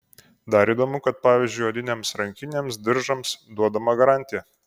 dar įdomu kad pavyzdžiui odinėms rankinėms diržams duodama garantija